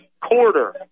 quarter